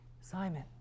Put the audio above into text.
Simon